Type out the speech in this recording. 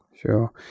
sure